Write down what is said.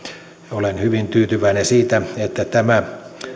olen hyvin tyytyväinen siitä että tämä